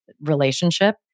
relationship